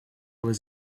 was